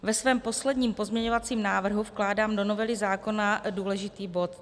Ve svém posledním pozměňovacím návrhu vkládám do novely zákona důležitý bod.